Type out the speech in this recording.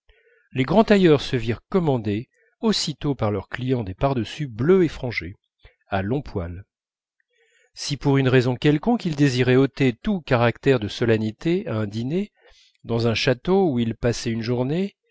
les grands tailleurs se virent commander aussitôt par leurs clients des pardessus bleus et frangés à longs poils si pour une raison quelconque il désirait ôter tout caractère de solennité à un dîner dans un château où il passait une journée